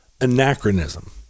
anachronism